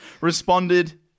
Responded